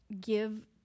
give